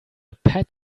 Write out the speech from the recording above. pet